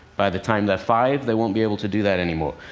by the time they're five, they won't be able to do that anymore.